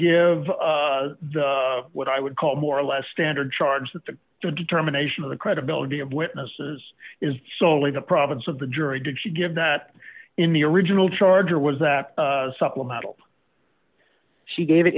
give the what i would call more or less standard charge that the determination of the credibility of witnesses is solely the province of the jury did she give that in the original charge or was that supplemental she gave it